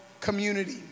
community